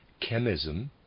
chemism